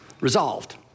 resolved